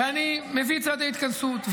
ואני מביא צעדי התכנסות,